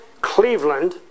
Cleveland